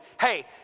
Hey